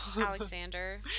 Alexander